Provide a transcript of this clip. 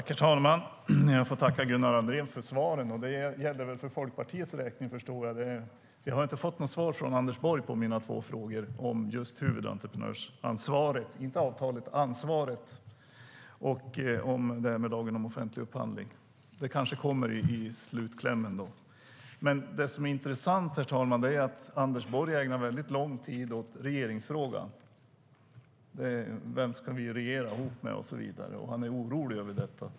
Herr talman! Jag får tacka Gunnar Andrén för svaren. De gäller väl för Folkpartiets räkning, förstår jag. Jag har ju inte fått något svar från Anders Borg på mina två frågor om just huvudentreprenörsansvaret - inte avtalet utan ansvaret - och detta med lagen om offentlig upphandling. Det kanske kommer i slutklämmen. Anders Borg ägnar väldigt lång tid åt regeringsfrågan - vem vi ska regera ihop med och så vidare - och han är orolig över det.